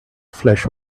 flash